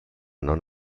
non